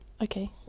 Okay